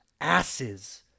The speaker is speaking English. asses